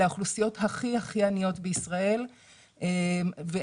אלה האוכלוסיות הכי עניות בישראל ואין